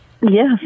Yes